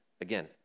again